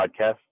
podcast